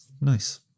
Nice